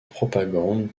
propagande